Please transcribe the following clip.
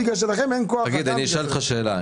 כי לכם אין כוח אדם --- אני רוצה לשאול אותך שאלה.